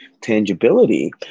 tangibility